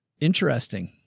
interesting